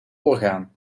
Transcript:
orgaan